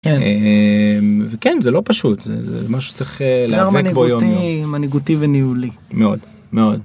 כן, כן זה לא פשוט זה משהו שצריך להיאבק בו יום יום, ...מנהיגותי, מנהיגותי וניהולי. מאוד מאוד.